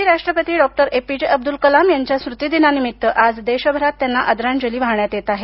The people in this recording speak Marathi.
माजी राष्ट्रपती Dr A P J Abdul Kalam यांच्या स्मृतिदिनानिमित्त आज देशभरात त्यांना आदरांजली वाहण्यात येत आहे